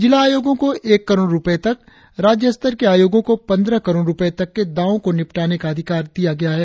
जिला आयोगों को एक करोड़ रुपये तक राज्य स्तर के आयोगों को पंद्रह करोड़ रुपये तक के दावों को निपटाने का अधिकार दिया गया है